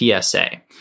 PSA